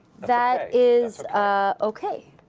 that is ah okay.